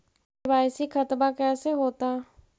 KYC खतबा कैसे होता?